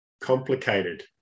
complicated